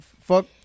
fuck